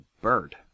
bird